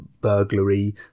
burglary